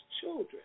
children